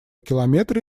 километра